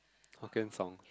Hokkien found